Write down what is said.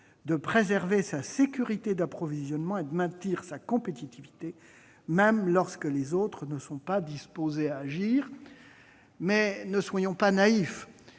de préserver sa sécurité d'approvisionnement et de maintenir sa compétitivité, même lorsque les autres ne sont pas disposés à agir ». Ne soyons pas naïfs,